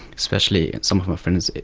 especially some of my friends,